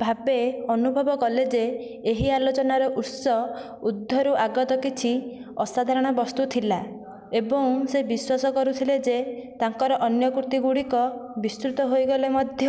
ଭାବେ ଅନୁଭବ କଲେ ଯେ ଏହି ଆଲୋଚନାର ଉତ୍ସ ଊର୍ଦ୍ଧ୍ୱରୁ ଆଗତ କିଛି ଅସାଧାରଣ ବସ୍ତୁ ଥିଲା ଏବଂ ସେ ବିଶ୍ୱାସ କରୁଥିଲେ ଯେ ତାଙ୍କର ଅନ୍ୟ କୃତିଗୁଡ଼ିକ ବିସ୍ମୃତ ହୋଇଗଲେ ମଧ୍ୟ